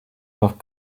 both